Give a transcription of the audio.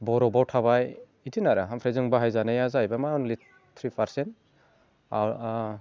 बरफआव थाबाय बिदिनो आरो ओमफ्राय जों बाहायजानाय जाहैबाय मा अनलि थ्रि पार्सेन्ट अ